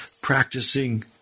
practicing